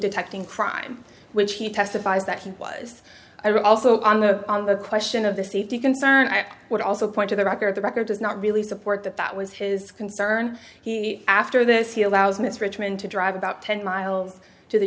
detecting crime which he testifies that he was also on the on the question of the safety concern i would also point to the record the record does not really support that that was his concern after this he allows miss richmond to drive about ten miles to the